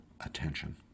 attention